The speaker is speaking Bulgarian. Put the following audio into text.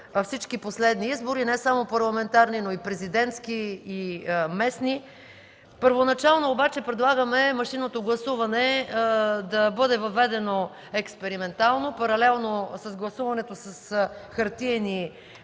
всички последни избори – не само парламентарни, но и президентски и местни. Първоначално обаче предлагаме машинното гласуване да бъде въведено експериментално, паралелно с гласуването с хартиени